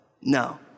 no